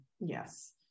Yes